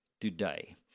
today